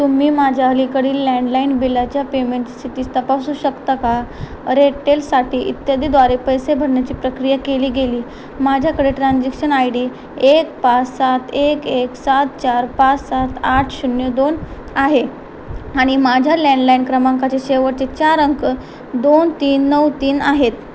तुम्ही माझ्या अलीकडील लँडलाईन बिलाच्या पेमेंट स्थिती तपासू शकता का रेटेलसाठी इत्यादी द्वारे पैसे भरण्याची प्रक्रिया केली गेली माझ्याकडे ट्रान्झॅक्शन आय डी एक पाच सात एक एक सात चार पाच सात आठ शून्य दोन आहे आणि माझ्या लँडलाईन क्रमांकाचे शेवटचे चार अंक दोन तीन नऊ तीन आहेत